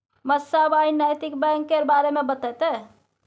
मास्साब आइ नैतिक बैंक केर बारे मे बतेतै